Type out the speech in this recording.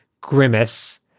grimace